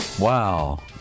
Wow